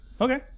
Okay